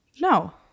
no